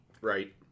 Right